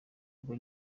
bwo